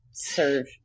serve